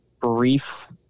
brief